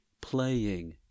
playing